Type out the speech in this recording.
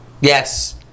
Yes